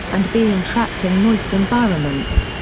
and being trapped in moist environments.